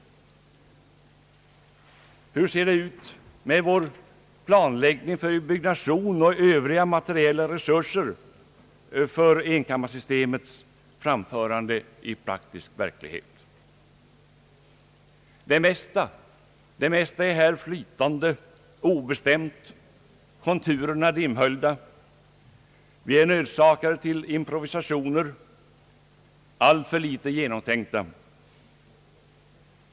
Hur ser det ut med vår planläggning för byggnation och övriga materiella resurser när det gäller enkammarsystemets införande i den praktiska verkligheten? Det mesta är här obestämt och flytande. Konturerna är dimhöljda. Vi blir nödsakade att tillgripa improvisationer, som är alltför litet genomtänkta.